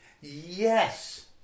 ...yes